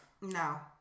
No